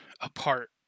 apart